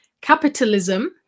capitalism